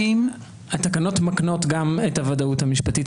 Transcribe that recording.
התקנות מקנות גם את הוודאות המשפטית,